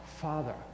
Father